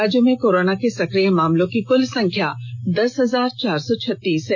राज्य में कोरोना के सक्रिय मामलों की कुल संख्या दस हजार चार सौ छत्तीस है